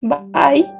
Bye